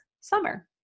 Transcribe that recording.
summer